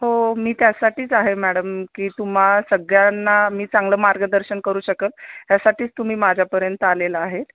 हो मी त्यासाठीच आहे मॅडम की तुम्हा सगळ्यांना मी चांगलं मार्गदर्शन करू शकाल यासाठीच तुम्ही माझ्यापर्यंत आलेलं आहेत